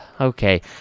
okay